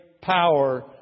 power